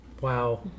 Wow